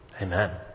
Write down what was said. Amen